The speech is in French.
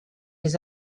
les